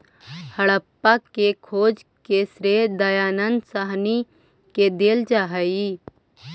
हड़प्पा के खोज के श्रेय दयानन्द साहनी के देल जा हई